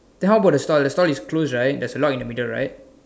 then how bout the store the store is close right there's a lock in the middle right